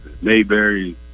Mayberry